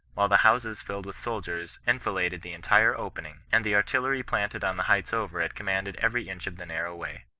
while the houses filled with soldiers enfiladed the entire opening, and the artillery planted on the heights over it commanded every inch of the narrow way.